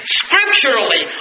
scripturally